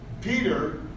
Peter